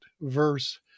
verse